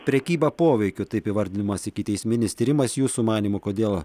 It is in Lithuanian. prekyba poveikiu taip įvardinimas ikiteisminis tyrimas jūsų manymu kodėl